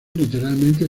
literalmente